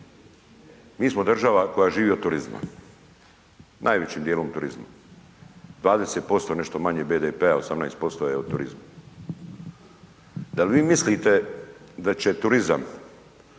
Mi smo država koja živi od turizma, najvećim dijelom turizma. 20% nešto manje BDP-a, 18% je od turizma. Da li vi mislite da će turizam